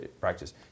practice